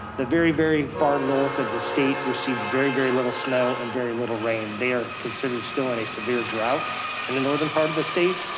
the very, very far north of the state received very, very little snow and very little rain. they are considered still in a severe drought in the northern part of the state.